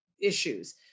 issues